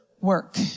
work